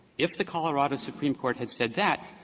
if the colorado supreme court had said that,